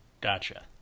Gotcha